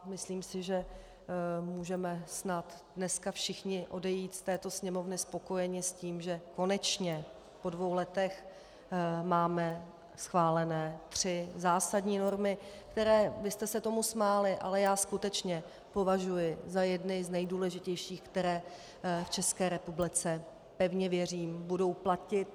Myslím si, že můžeme snad dneska všichni odejít z této Sněmovny spokojeni s tím, že konečně po dvou letech máme schválené tři zásadní normy, které vy jste se tomu smáli, ale já skutečně považuji za jedny z nejdůležitějších, které v České republice, pevně věřím, budou platit.